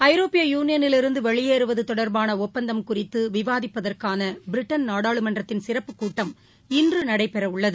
ஐரோப்பிய யுனியனிலிருந்து வெளியேறுவது தொடர்பான ஒப்பந்தம் குறித்து விவாதிப்பதற்கான பிரிட்டன் நாடாளுமன்றத்தின் சிறப்புக் கூட்டம் இன்று நடைபெறவுள்ளது